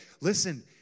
listen